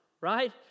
Right